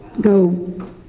go